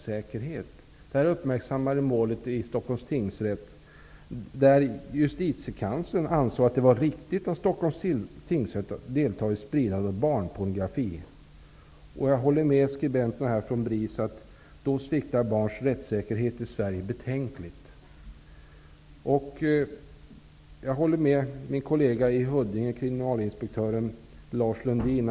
Där stod det att det är ett hån mot barns rättssäkerhet att justitiekanslern ansåg att det var riktigt av Stockholms tingsrätt att delta i spridandet av barnpornografi. Jag håller med skribenten från BRIS om att barns rättssäkerhet i Sverige då sviktar betänkligt. Jag håller med min kollega i Huddinge, kriminalinspektör Lars Lundin.